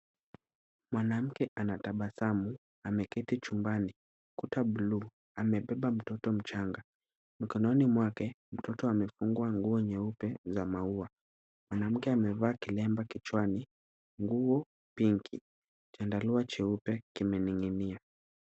Mwanamke anatabasamu. Ameketi chumbani. Kuta buluu. Amebeba mtoto mchanga. Mkononi mwake mtoto amefungwa nguo nyeupe za maua. Mwanamke amevaa kilemba kichwani, nguo pinki . Chandarua cheupe kimening'inia.